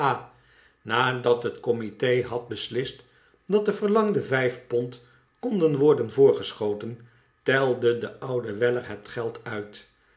nadat het comite had beslist dat de verlangde vijf pond konden worden voorgeschoten telde de oude weller het geld uit